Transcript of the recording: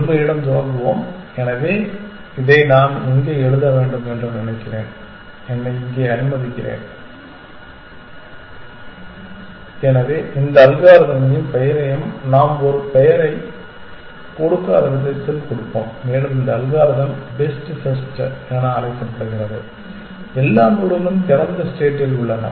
முழுமையுடன் தொடங்குவோம் எனவே இதை நான் எங்கே எழுத வேண்டும் என்று நினைக்கிறேன் என்னை இங்கே அனுமதிக்கிறேன் எனவே இந்த அல்காரிதமையும் பெயரையும் நாம் ஒரு பெயரைக் கொடுக்காத விதத்தில் கொடுப்போம் மேலும் இந்த அல்காரிதம் பெஸ்ட் ஃபர்ஸ்ட் என அழைக்கப்படுகிறது எல்லா நோடுகளும் திறந்த ஸ்டேட்டில் உள்ளன